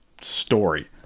story